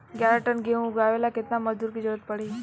ग्यारह टन गेहूं उठावेला केतना मजदूर के जरुरत पूरी?